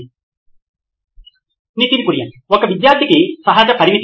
Nitin Kurian COO నోయిన్ electronics ఒక విద్యార్థికి సహజ పరిమితి